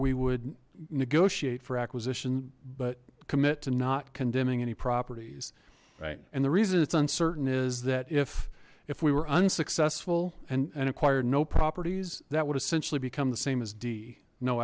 we would negotiate for acquisition but commit to not condemning any properties right and the reason it's uncertain is that if if we were unsuccessful and acquired no properties that would essentially become the same as d no